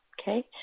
Okay